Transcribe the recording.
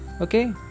okay